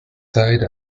side